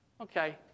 Okay